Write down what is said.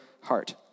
heart